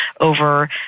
over